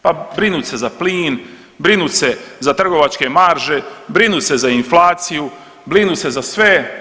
Pa brinut se za plin, brinut se za trgovačke marže, brinut se za inflaciju, brinut se za sve.